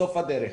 בסוף הדרך,